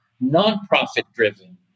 non-profit-driven